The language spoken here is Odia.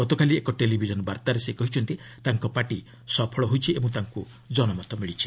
ଗତକାଲି ଏକ ଟେଲିଭିଜନ୍ ବାର୍ତ୍ତାରେ ସେ କହିଛନ୍ତି ତାଙ୍କ ପାର୍ଟି ସଫଳ ହୋଇଛି ଓ ତାଙ୍କୁ ଜନମତ ମିଳିଛି